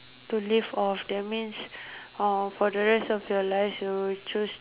to live off that means uh for the rest of your life you will choose